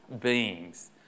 beings